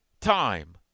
time